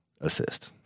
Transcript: assist